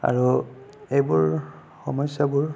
আৰু এইবোৰ সমস্যাবোৰ